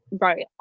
right